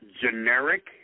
generic